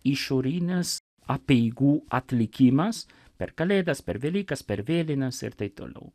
išorinis apeigų atlikimas per kalėdas per velykas per vėlines ir taip toliau